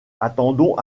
attendons